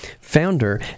founder